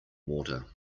water